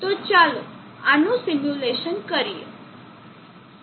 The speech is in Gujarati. તો ચાલો હવે આનું સિમ્યુલેશન કરીએ